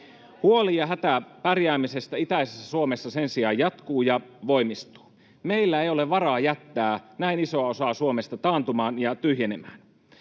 Huoli ja hätä pärjäämisestä itäisessä Suomessa sen sijaan jatkuu ja voimistuu. Meillä ei ole varaa jättää näin isoa osaa Suomesta taantumaan ja tyhjenemään.